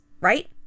right